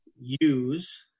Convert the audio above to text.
use